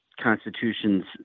Constitution's